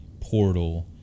Portal